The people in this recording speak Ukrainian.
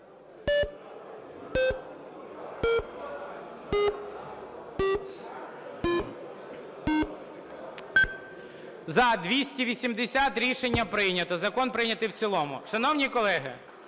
За-280 Рішення прийнято. Закон прийнятий в цілому. Шановні колеги,